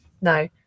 No